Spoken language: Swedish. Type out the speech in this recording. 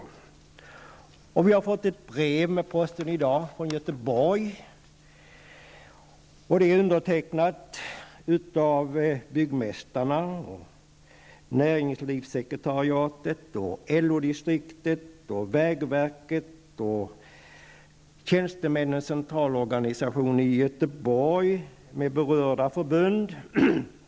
Vi har i dag fått ett brev med posten från Göteborg, undertecknat av byggmästarna, Göteborg med berörda förbund.